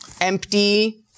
empty